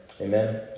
Amen